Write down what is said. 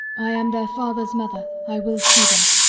i am their father's mother i will see them.